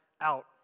out